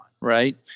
right